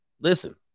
listen